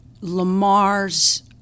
Lamar's